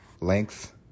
length